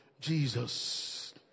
Jesus